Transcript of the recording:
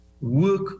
work